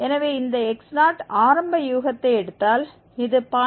எனவே இந்த x0 ஆரம்ப யூகத்தை எடுத்தால் இது 0